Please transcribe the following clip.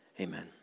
amen